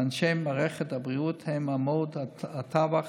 ואנשי מערכת הבריאות הם עמוד התווך